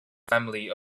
family